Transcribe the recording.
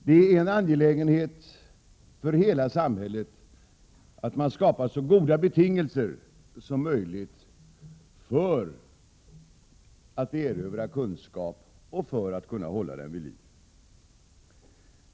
Det är en angelägenhet för hela samhället att man skapar så goda betingelser som möjligt för att erövra kunskap och för att kunna hålla den vid liv.